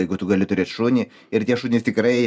jeigu tu gali turėt šunį ir tie šunys tikrai